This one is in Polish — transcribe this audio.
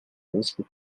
łóżku